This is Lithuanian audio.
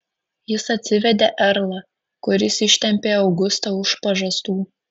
jis atsivedė erlą kuris ištempė augustą už pažastų